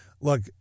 Look